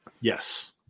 Yes